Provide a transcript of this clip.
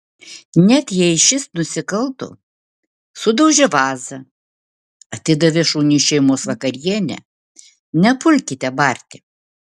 net jei šis nusikalto sudaužė vazą atidavė šuniui šeimos vakarienę nepulkite barti